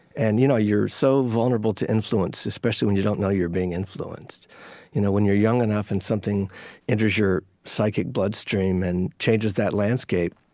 and you know you're so vulnerable to influence, especially when you don't know you're being influenced you know when you're young enough and something enters your psychic bloodstream and changes that landscape,